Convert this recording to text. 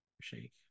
Shake